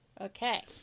Okay